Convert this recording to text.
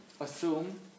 assume